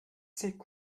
sick